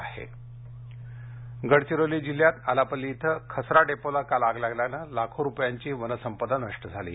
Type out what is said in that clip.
आग गडचिरोली गडचिरोली जिल्ह्यात आलापल्ली इथल्या खसरा डेपोला काल आग लागल्याने लाखो रुपयांची वनसंपदा नष्ट झाली आहे